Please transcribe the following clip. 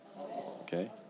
Okay